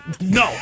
no